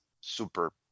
super